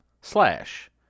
slash